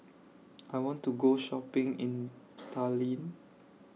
I want to Go Shopping in Tallinn